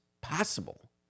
possible